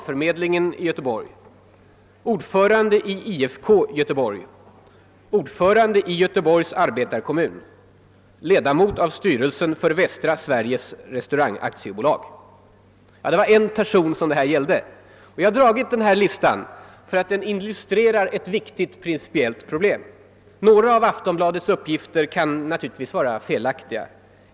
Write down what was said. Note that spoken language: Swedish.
Det var alltså en person som det här gällde. Jag har dragit denna lista för att illustrera ett viktigt principiellt problem. Några av Aftonbladets uppgifter kan naturligtvis vara felaktiga.